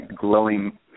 glowing